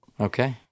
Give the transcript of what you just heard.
Okay